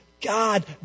God